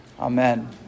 Amen